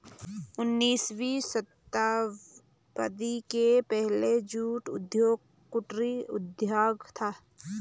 उन्नीसवीं शताब्दी के पहले जूट उद्योग कुटीर उद्योग था